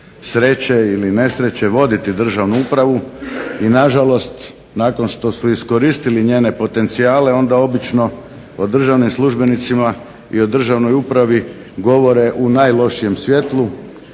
sreće ili nesreće voditi državnu upravu i na žalost nakon što su iskoristili njene potencijale onda obično o državnim službenicima i državnoj upravi govore u najlošijem svjetlu